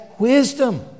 wisdom